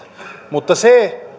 mutta se